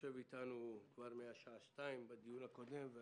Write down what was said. שיושב איתנו כבר משעה 2, כבר בדיון הקודם,